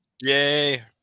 Yay